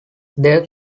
their